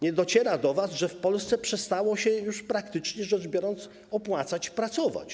Nie dociera do was, że w Polsce przestało się już, praktycznie rzecz biorąc, opłacać pracować.